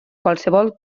qualsevol